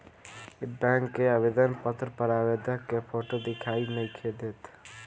इ बैक के आवेदन पत्र पर आवेदक के फोटो दिखाई नइखे देत